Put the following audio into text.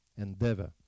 endeavor